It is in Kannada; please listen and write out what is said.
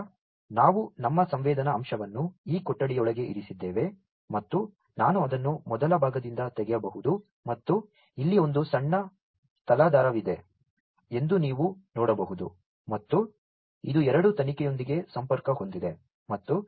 ಆದ್ದರಿಂದ ನಾವು ನಮ್ಮ ಸಂವೇದನಾ ಅಂಶವನ್ನು ಈ ಕೊಠಡಿಯೊಳಗೆ ಇರಿಸಿದ್ದೇವೆ ಮತ್ತು ನಾನು ಅದನ್ನು ಮೊದಲ ಭಾಗದಿಂದ ತೆಗೆಯಬಹುದು ಮತ್ತು ಇಲ್ಲಿ ಒಂದು ಸಣ್ಣ ತಲಾಧಾರವಿದೆ ಎಂದು ನೀವು ನೋಡಬಹುದು ಮತ್ತು ಇದು ಎರಡು ತನಿಖೆಯೊಂದಿಗೆ ಸಂಪರ್ಕ ಹೊಂದಿದೆ